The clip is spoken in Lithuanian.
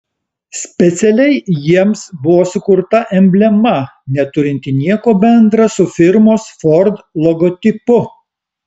specialiai jiems buvo sukurta emblema neturinti nieko bendra su firmos ford logotipu